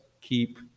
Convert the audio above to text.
keep